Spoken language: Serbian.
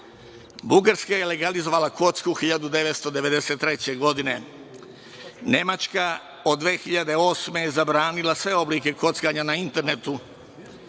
je legalizovala kocku 1993. godine. Nemačka, od 2008. godine zabranila sve oblike kockanja na internetu.